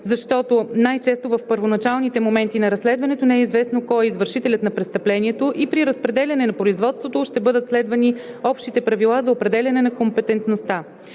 защото най-често в първоначалните моменти на разследването не е известно кой е извършителят на престъплението и при разпределяне на производството ще бъдат следвани общите правила за определяне на компетентността.